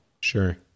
Sure